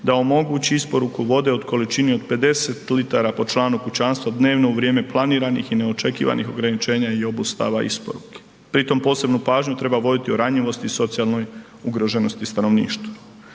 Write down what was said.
da omogući isporuku vode u količini od 50 litara po članu kućanstva dnevno u vrijeme planiranih i neočekivanih ograničenja i obustava isporuke. Pri tome posebnu pažnju treba voditi o ranjivosti i socijalnoj ugroženosti stanovništva.